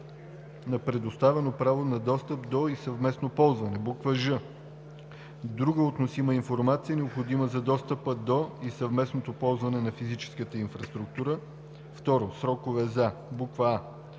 на предоставено право на достъп до и съвместно ползване; ж. друга относима информация, необходима за достъпа до и съвместното ползване на физическата инфраструктура. 2. срокове за: а.